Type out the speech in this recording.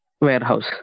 warehouse